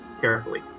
carefully